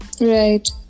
right